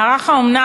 מערך האומנה,